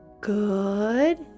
good